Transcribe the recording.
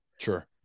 Sure